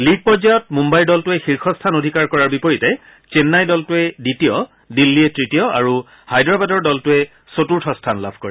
league পৰ্যায়ত মুম্বাইৰ দলটোৱে শীৰ্যস্থান অধিকাৰ কৰাৰ বিপৰীতে চেন্নাই দলটোৱে দ্বিতীয় দিল্লীয়ে তৃতীয় আৰু হায়দৰাবাদৰ দলটোৱে চতুৰ্থ স্থান লাভ কৰে